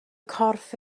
corff